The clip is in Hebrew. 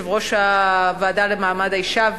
יושבת-ראש הוועדה למעמד האשה,